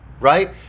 Right